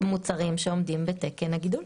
מוצרים שעומדים בתקן הגידול.